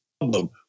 problem